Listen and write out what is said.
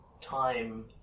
time